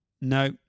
No